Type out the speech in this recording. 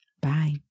bye